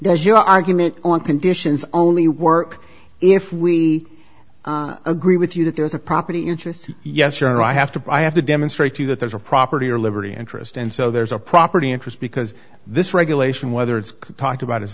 does your argument on conditions only work if we agree with you that there's a property interest yes your honor i have to buy i have to demonstrate to you that there's a property or liberty interest and so there's a property interest because this regulation whether it's talked about as